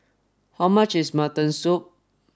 how much is mutton soup